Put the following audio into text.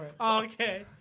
Okay